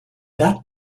that